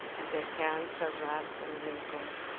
and their hands are rough and wrinkled,